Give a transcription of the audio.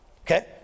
Okay